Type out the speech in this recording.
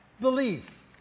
belief